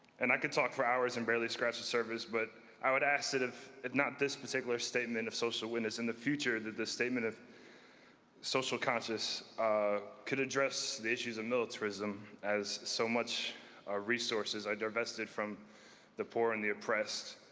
and i could talk for hours and barely scratch the surface, but i would ask that if not this particular statement of social witness, in the future, that this statement of social conscience ah could address the issues of militarism as so much resources are divested from the poor and the oppressed.